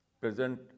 present